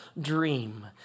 dream